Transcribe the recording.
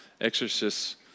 exorcists